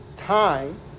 time